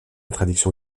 tradition